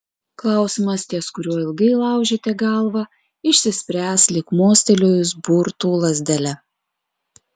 klausimas ties kuriuo ilgai laužėte galvą išsispręs lyg mostelėjus burtų lazdele